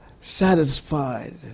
satisfied